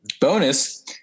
Bonus